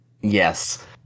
Yes